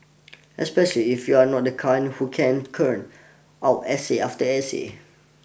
especially if you're not the kind who can churn out essay after essay